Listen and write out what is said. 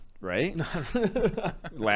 Right